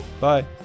Bye